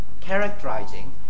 characterizing